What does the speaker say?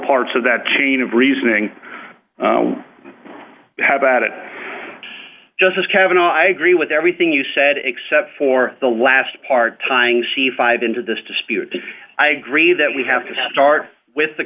parts of that chain of reasoning how about it justice kavanagh i agree with everything you said except for the last part timing c five into this dispute i agree that we have to start with the